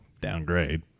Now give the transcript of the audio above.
downgrade